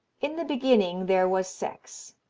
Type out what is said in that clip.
in the beginning there was sex,